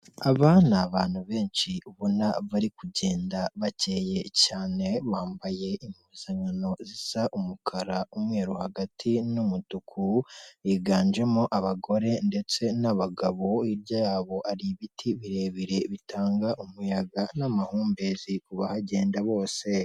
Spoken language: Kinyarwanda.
Aba ni abantu benshi ubona bari kugenda bakeye cyane, bambaye impuzankano zisa umukara, umweru hagati n'umutuku, biganjemo abagore ndetse n'abagabo, hirya yabo hari ibiti birebire bitanga umuyaga n'amahumbezi ku bahagenda bose.